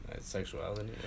sexuality